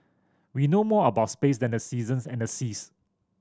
we know more about space than the seasons and the seas